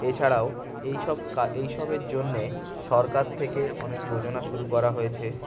এছাড়াও এইসব এইসবের জন্য সরকার থেকে অনেক যোজনা শুরু করা হয়েছে